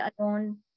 alone